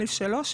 א.3,